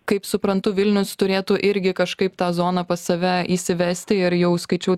kaip suprantu vilnius turėtų irgi kažkaip tą zoną pas save įsivesti ir jau skaičiau